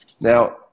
Now